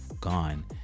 gone